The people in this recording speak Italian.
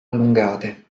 allungate